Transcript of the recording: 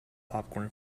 popcorn